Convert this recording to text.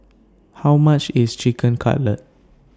How much IS Chicken Cutlet